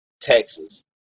Texas